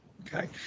Okay